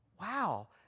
Wow